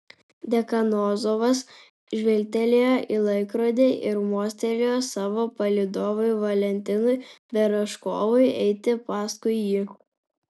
dekanozovas žvilgtelėjo į laikrodį ir mostelėjo savo palydovui valentinui berežkovui eiti paskui jį